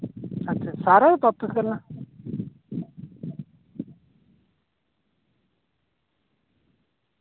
सारा उप्पर उतरना